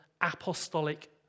apostolic